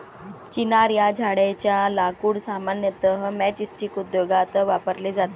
चिनार या झाडेच्या लाकूड सामान्यतः मैचस्टीक उद्योगात वापरले जाते